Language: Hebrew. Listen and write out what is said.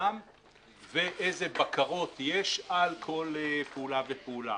ואיזה בקרות יש על כל פעולה ופעולה.